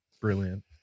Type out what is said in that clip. brilliant